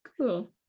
Cool